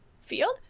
field